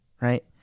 Right